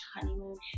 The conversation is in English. honeymoon